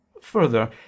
Further